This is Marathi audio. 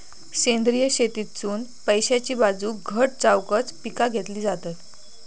सेंद्रिय शेतीतसुन पैशाची बाजू घट जावकच पिका घेतली जातत